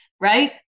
right